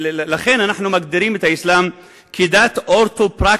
לכן אנחנו מגדירים את האסלאם כדת אורתופרקטית,